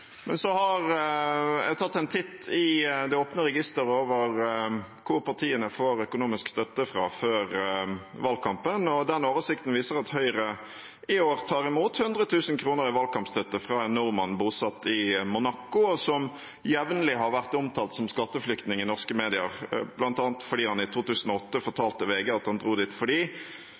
har tatt en titt i det åpne registeret over hvor partiene får økonomisk støtte fra før valgkampen, og den oversikten viser at Høyre i år tar imot 100 000 kr i valgkampstøtte fra en nordmann bosatt i Monaco, og som jevnlig i norske medier har vært omtalt som skatteflyktning, bl.a. fordi han i 2008 fortalte til VG at han dro dit fordi «Monaco har de